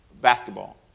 basketball